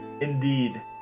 indeed